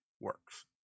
works